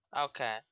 okay